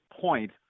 point